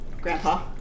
grandpa